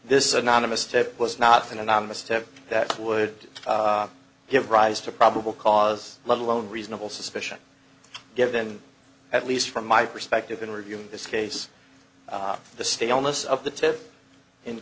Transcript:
this anonymous tip was not an anonymous tip that would give rise to probable cause let alone reasonable suspicion given at least from my perspective in reviewing this case the staleness of the tip in